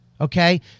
okay